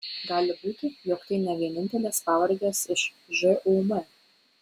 gali būti jog tai ne vienintelės pavardės iš žūm